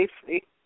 safely